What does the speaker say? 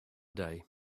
day